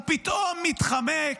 הוא פתאום מתחמק,